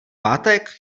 pátek